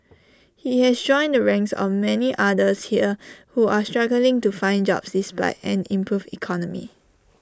he has joined the ranks of the many others here who are struggling to find jobs despite an improved economy